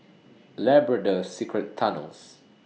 Labrador Secret Tunnels